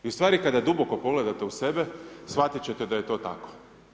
I ustvari kada duboko pogledate u sebe, shvatit će te da je to tako.